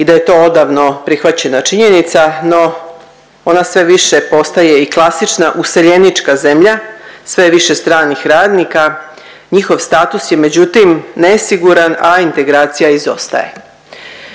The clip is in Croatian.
i da je to odavno prihvaćena činjenica no ona sve više postaje i klasična useljenička zemlja, sve je više stranih radnika. Njihov status je međutim nesiguran, a integracija izostaje.